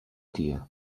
tia